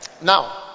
Now